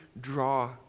draw